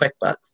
QuickBooks